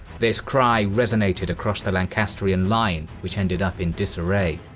this cry resonated across the lancastrian line, which ended up in disarray.